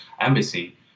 Embassy